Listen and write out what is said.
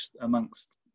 amongst